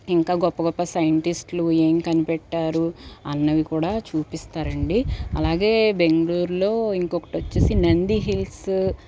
ఇంకా గొప్ప గొప్ప సైంటిస్టులు ఏమి కనిపెట్టారు అన్నవి కూడా చూపిస్తారండీ అలాగే బెంగళూరులో ఇంకొకటి వచ్చేసి నంది హీల్సు